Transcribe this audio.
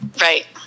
right